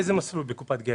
איזה מסלול בקופת גמל.